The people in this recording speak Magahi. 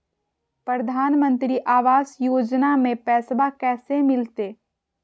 प्रधानमंत्री आवास योजना में पैसबा कैसे मिलते?